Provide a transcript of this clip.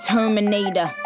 Terminator